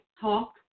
talk